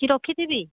କି ରଖିଥିବି